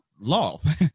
love